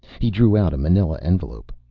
he drew out a manila envelope.